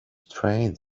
trained